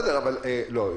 לא.